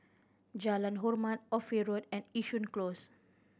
Jalan Hormat Ophir Road and Yishun Close